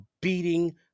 beating